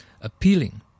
appealing